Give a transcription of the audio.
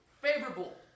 favorable